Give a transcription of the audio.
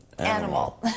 animal